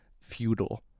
feudal